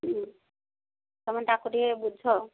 ହୁଁ ତମେ ତାକୁ ଟିକେ ବୁଝାଅ